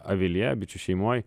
avilyje bičių šeimoj